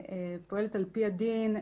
היא פועלת על פי הדין.